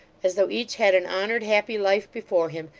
as though each had an honoured, happy life before him,